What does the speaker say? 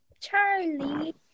Charlie